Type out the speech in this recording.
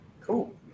Cool